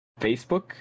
Facebook